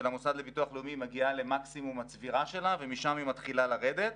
המוסד לביטוח לאומי מגיעה למקסימום הצבירה שלה ומשם היא מתחילה לרדת,